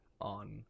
on